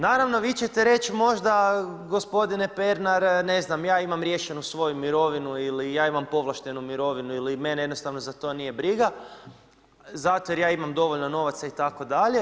Naravno, vi ćete reći možda gospodine Pernar, ne znam, ja imam riješenu svoju mirovinu ili ja imam povlaštenu mirovinu ili mene jednostavno za to nije briga, zato jer ja imam dovoljno novaca itd.